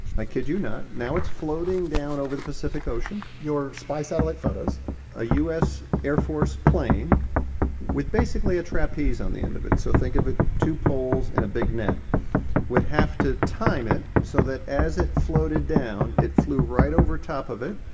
i kid you not. now it's floating down over the pacific ocean your spy satellite photos a u s. air force plane with basically a trapeze on the end of it so think of it two poles and a big net would have to time it so that as it floated down, it flew right over top of it,